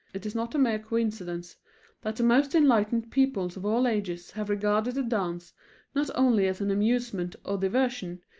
it is not a mere coincidence that the most enlightened peoples of all ages have regarded the dance not only as an amusement or diversion,